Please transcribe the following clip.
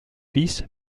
fils